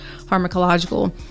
pharmacological